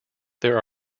there